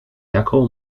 jaką